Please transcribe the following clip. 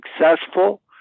successful